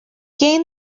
gained